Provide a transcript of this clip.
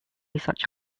such